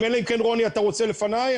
רוני, אתה רוצה לדבר לפניי?